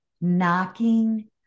knocking